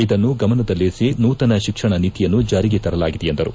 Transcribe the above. ಇದನ್ನು ಗಮನದಲ್ಲಿರಿಸಿ ನೂತನ ಶಿಕ್ಷಣ ನೀತಿಯನ್ನು ಜಾರಿಗೆ ತರಲಾಗಿದೆ ಎಂದರು